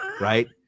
right